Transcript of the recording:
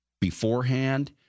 beforehand